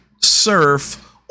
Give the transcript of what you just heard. surf